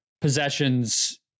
possessions